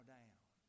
down